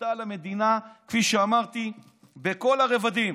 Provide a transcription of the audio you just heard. שהשתלטה על המדינה, כפי שאמרתי, בכל הרבדים.